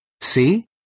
See